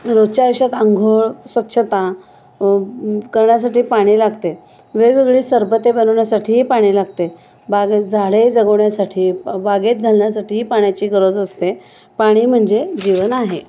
रोजच्या आयुष्यात आंघोळ स्वच्छता करण्यासाठी पाणी लागते वेगवेगळी सरबते बनवण्यासाठीही पाणी लागते बागेत झाडे जगवण्यासाठी बागेत घालण्यासाठीही पाण्याची गरज असते पाणी म्हणजे जीवन आहे